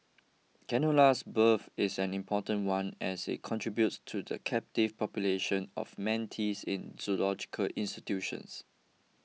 Canola's birth is an important one as it contributes to the captive populations of manatees in zoological institutions